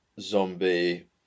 Zombie